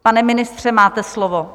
Pane ministře, máte slovo.